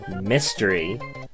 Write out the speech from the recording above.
mystery